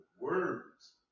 words